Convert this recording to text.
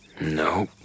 No